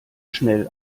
schnell